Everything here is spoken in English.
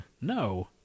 No